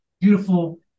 beautiful